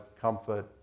comfort